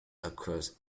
across